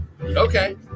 Okay